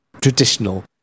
traditional